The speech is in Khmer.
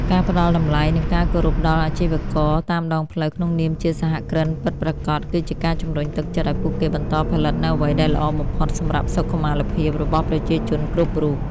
ការផ្ដល់តម្លៃ និងការគោរពដល់អាជីវករតាមដងផ្លូវក្នុងនាមជាសហគ្រិនពិតប្រាកដ គឺជាការជម្រុញទឹកចិត្តឱ្យពួកគេបន្តផលិតនូវអ្វីដែលល្អបំផុតសម្រាប់សុខុមាលភាពរបស់ប្រជាជនគ្រប់រូប។